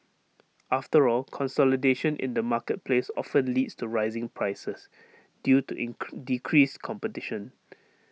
after all consolidation in the marketplace often leads to rising prices due to decreased competition